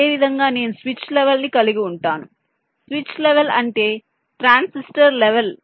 అదేవిధంగా నేను switch level ని కలిగి ఉంటాను స్విచ్ లెవెల్ అంటే ట్రాన్సిస్టర్ లెవెల్